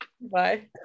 Bye